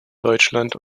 deutschland